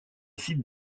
site